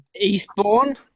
Eastbourne